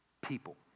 people